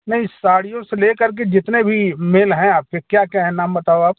नहीं साड़ियों से लेकर के जितने भी मेल हैं आपके क्या क्या हैं नाम बताओ आप